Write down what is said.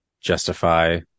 justify